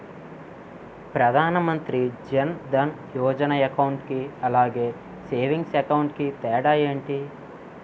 Pradhan Mantri Jan Dhan Yojana account కి అలాగే savings account కి తేడా ఏంటి?